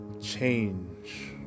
Change